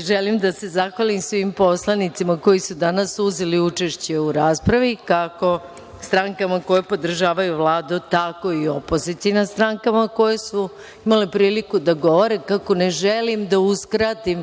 želim da se zahvalim svim poslanicima koji su danas uzeli učešće u raspravi, kako strankama koje podržavaju Vladu, tako i opozicionim strankama koje su imale priliku da govore. Kako ne želim da uskratim